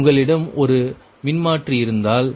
உங்களிடம் ஒரு மின்மாற்றி இருந்தால்